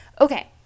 Okay